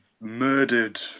murdered